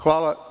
Hvala.